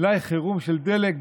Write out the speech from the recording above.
מלאי חירום של דלק,